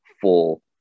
full